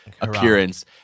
appearance